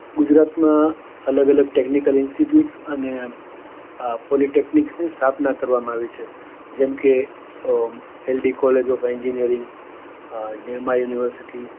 ગુજરાતમાં અલગ અલગ ટેકનિકલ ઈન્ટીટ્યુટ અને પોલીટેકનિકની સ્થાપના કરવામાં આવી છે જેમ કે LD college of engineering Nirma university